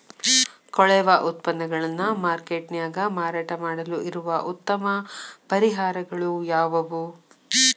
ಕೊಳೆವ ಉತ್ಪನ್ನಗಳನ್ನ ಮಾರ್ಕೇಟ್ ನ್ಯಾಗ ಮಾರಾಟ ಮಾಡಲು ಇರುವ ಉತ್ತಮ ಪರಿಹಾರಗಳು ಯಾವವು?